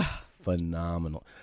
phenomenal